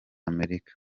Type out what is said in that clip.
amerika